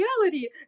reality